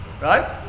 Right